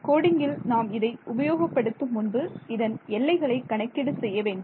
கோடிங்கில் நாம் இதை உபயோகப்படுத்தும் முன்பு இதன் எல்லைகளை கணக்கீடு செய்ய வேண்டும்